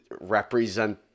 represent